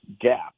gap